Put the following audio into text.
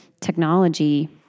technology